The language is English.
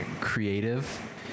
creative